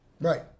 right